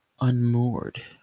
unmoored